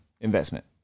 investment